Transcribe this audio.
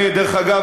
דרך אגב,